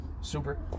Super